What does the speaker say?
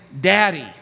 Daddy